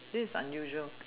this is unusual